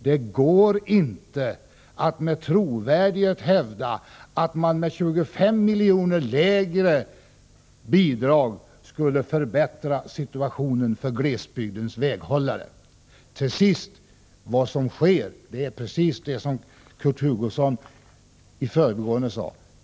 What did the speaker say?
Det går inte att med trovärdighet hävda att man i ett läge med 25 milj.kr. lägre bidrag skulle förbättra situationen för glesbygdens väghållare. Till sist: Vad som sker är precis det som Kurt Hugosson yttrade i förbigående.